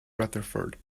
rutherford